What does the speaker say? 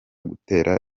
gutera